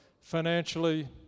financially